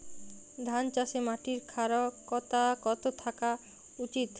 ধান চাষে মাটির ক্ষারকতা কত থাকা উচিৎ?